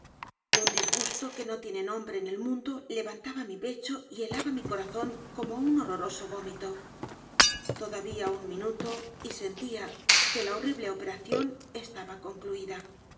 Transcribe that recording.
un disgusto que no tiene nombre en el mundo levantaba mi pecho y helaba mi corazón como un horroroso vómito todavía u n minuto y sentía que la horrible operación estaba concluida